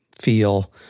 feel